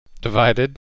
Divided